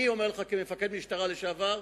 אני אומר לך כמפקד משטרה לשעבר: